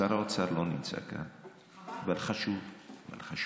שר האוצר לא נמצא כאן, אבל חשוב להגיד